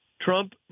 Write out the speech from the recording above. Trump